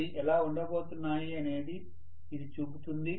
అవి ఎలా ఉండబోతున్నాయి అనేది ఇది చూపుతుంది